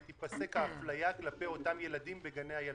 ותיפסק האפליה כלפי אותם ילדים בגני הילדים,